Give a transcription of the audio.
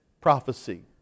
prophecy